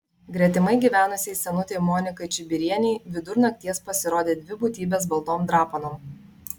gretimai gyvenusiai senutei monikai čibirienei vidur nakties pasirodė dvi būtybės baltom drapanom